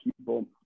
people